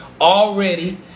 already